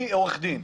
אני עורך דין,